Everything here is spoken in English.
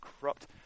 corrupt